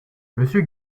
monsieur